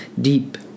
deep